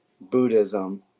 Buddhism